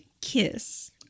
kiss